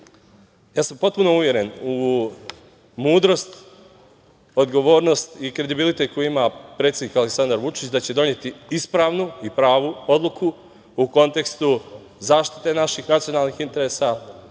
ja sam potpuno uveren u mudrost, odgovornost i kredibilitet koji ima predsednik Aleksandar Vučić da će doneti ispravnu i pravu odluku u kontekstu zaštite naših nacionalnih interesa,